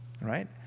Right